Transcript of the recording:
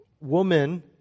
woman